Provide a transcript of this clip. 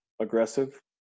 aggressive